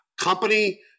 company